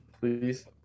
Please